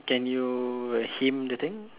can you hum the thing